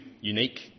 unique